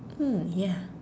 ah ya